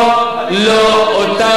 לא, לא, לא יעזור לך, לא.